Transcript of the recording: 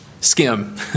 skim